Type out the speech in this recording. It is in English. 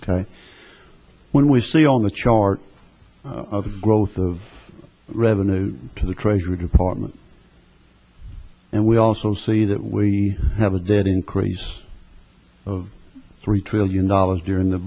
ok when we see on the chart of growth of revenue to the treasury department and we also see that we have a debt increase of three trillion dollars during the